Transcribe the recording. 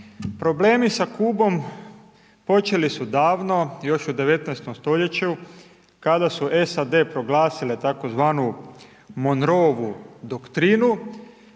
Problemi sa Kubom počeli su davno, još u 19. stoljeću, kada su SAD proglasile tako zvanu Monroeva-u doktrinu